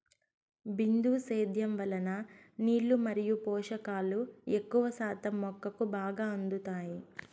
బిందు సేద్యం వలన నీళ్ళు మరియు పోషకాలు ఎక్కువ శాతం మొక్కకు బాగా అందుతాయి